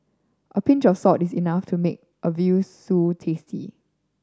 a pinch of salt is enough to make a veal stew tasty